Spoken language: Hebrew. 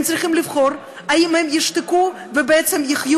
הם צריכים לבחור אם הם ישתקו ובעצם יחיו